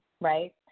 right